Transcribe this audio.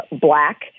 black